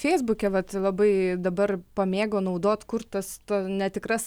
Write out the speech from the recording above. feisbuke vat labai dabar pamėgo naudot kurt tas netikras